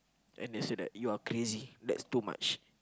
and they said that you're crazy that's too much